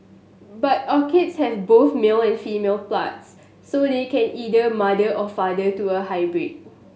but orchids have both male and female parts so they can either mother or father to a hybrid